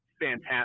fantastic